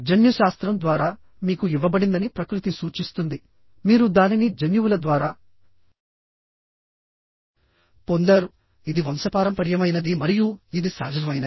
జన్యుశాస్త్రం ద్వారా మీకు ఇవ్వబడిందని ప్రకృతి సూచిస్తుంది మీరు దానిని జన్యువుల ద్వారా పొందారు ఇది వంశపారంపర్యమైనది మరియు ఇది సహజమైనది